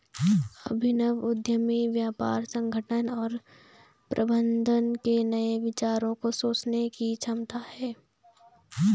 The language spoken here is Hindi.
अभिनव उद्यमी व्यापार संगठन और प्रबंधन के नए विचारों को सोचने की क्षमता है